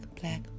black